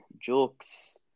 jokes